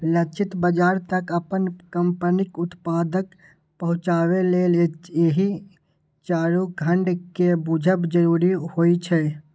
लक्षित बाजार तक अपन कंपनीक उत्पाद पहुंचाबे लेल एहि चारू खंड कें बूझब जरूरी होइ छै